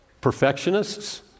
perfectionists